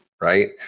right